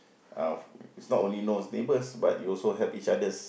uh it's not only knows neighbours but you also help each other's